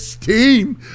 Team